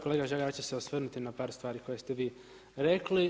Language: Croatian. Kolega Žagar ja ću se osvrnuti na par stvari koje ste vi rekli.